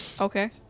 Okay